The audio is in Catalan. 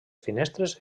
finestres